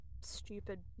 stupid